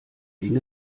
ging